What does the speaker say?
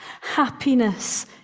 Happiness